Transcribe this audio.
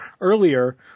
earlier